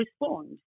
respond